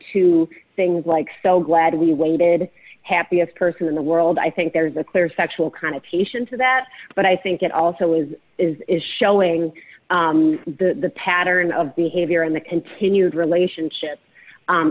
to things like so glad we waited happiest person in the world i think there's a clear sexual connotation to that but i think it also is is showing the pattern of behavior in the continued relationship